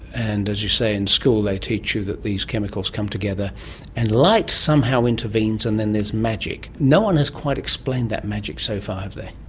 and, as you say, in school they teach you that these chemicals come together and light somehow intervenes and then there's magic. no-one has quite explained that magic so far, have they?